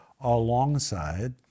alongside